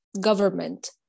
government